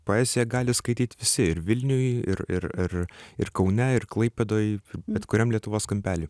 poeziją gali skaityt visi ir vilniuj ir ir ir ir kaune ir klaipėdoj bet kuriam lietuvos kampely